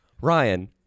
Ryan